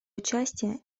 участие